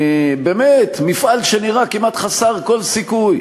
באמת, מפעל שנראה כמעט חסר כל סיכוי,